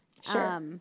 Sure